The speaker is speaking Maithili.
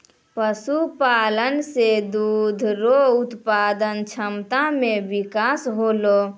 पशुपालन से दुध रो उत्पादन क्षमता मे बिकास होलै